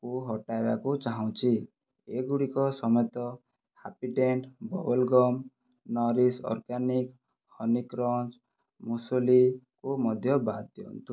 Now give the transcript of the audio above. କୁ ହଟାଇବାକୁ ଚାହୁଁଛି ଏଗୁଡ଼ିକ ସମେତ Happydent bubble gum Nourish organic honey crunch ମୁସଲିକୁ ମଧ୍ୟ ବାଦ୍ ଦିଅନ୍ତୁ